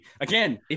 Again